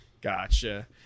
Gotcha